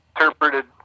Interpreted